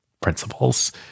principles